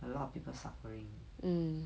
a lot of people suffering